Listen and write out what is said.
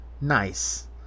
Nice